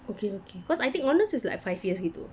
okay okay cause I think honours is like five years gitu